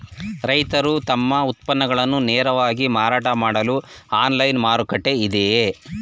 ರೈತರು ತಮ್ಮ ಉತ್ಪನ್ನಗಳನ್ನು ನೇರವಾಗಿ ಮಾರಾಟ ಮಾಡಲು ಆನ್ಲೈನ್ ಮಾರುಕಟ್ಟೆ ಇದೆಯೇ?